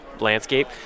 landscape